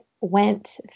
went